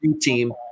team